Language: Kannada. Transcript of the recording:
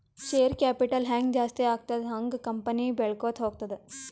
ಶೇರ್ ಕ್ಯಾಪಿಟಲ್ ಹ್ಯಾಂಗ್ ಜಾಸ್ತಿ ಆಗ್ತದ ಹಂಗ್ ಕಂಪನಿ ಬೆಳ್ಕೋತ ಹೋಗ್ತದ